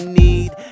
need